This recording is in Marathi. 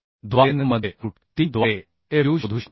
द्वारे NN मध्ये रूट 3 द्वारे Fu शोधू शकतो